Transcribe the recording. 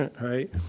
right